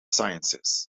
sciences